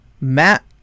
Matt